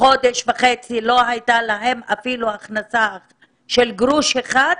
שחודש וחצי לא הייתה להם אפילו הכנסה של גרוש אחד,